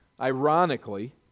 ironically